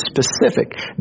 specific